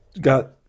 got